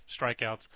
strikeouts